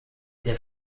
der